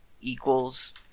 equals